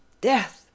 Death